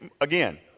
again